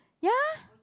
ya